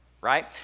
right